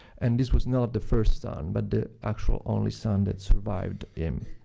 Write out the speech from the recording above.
and this was not the first son, but the actual only son that survived him.